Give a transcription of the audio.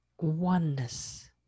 oneness